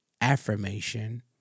affirmation